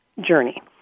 journey